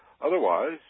Otherwise